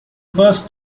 first